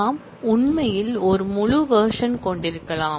நாம் உண்மையில் ஒரு முழு வெர்ஷன் கொண்டிருக்கலாம்